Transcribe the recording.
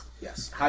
Yes